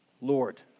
Lord